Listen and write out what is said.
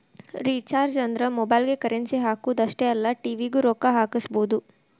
recharges ಅಂದ್ರ ಮೊಬೈಲ್ಗಿ currency ಹಾಕುದ್ ಅಷ್ಟೇ ಅಲ್ಲ ಟಿ.ವಿ ಗೂ ರೊಕ್ಕಾ ಹಾಕಸಬೋದು